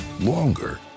longer